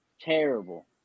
terrible